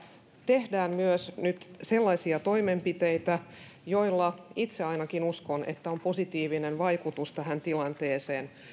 tehdään muita sellaisia toimenpiteitä joilla itse ainakin uskon että on positiivinen vaikutus tähän tilanteeseen